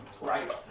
Right